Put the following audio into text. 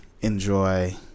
enjoy